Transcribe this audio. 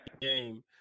game